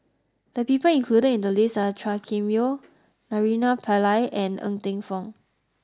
the people included in the list are Chua Kim Yeow Naraina Pillai and Ng Teng Fong